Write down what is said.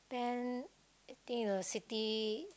then I think the city